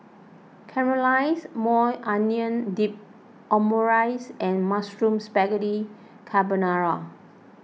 Caramelized Maui Onion Dip Omurice and Mushroom Spaghetti Carbonara